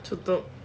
to book